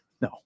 No